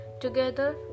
together